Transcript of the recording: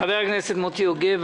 חבר הכנסת מוטי יוגב.